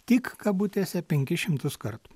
tik kabutėse penkis šimtus kartų